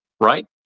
Right